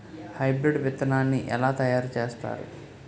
Hybrid విత్తనాన్ని ఏలా తయారు చేస్తారు?